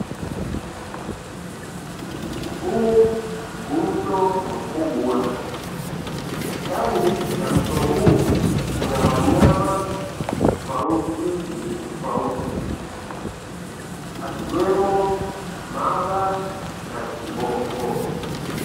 Huu ni mto mkubwa. Ndani ya mto huu kuna wanyama tofauti tofauti, akiwemo mamba na kiboko.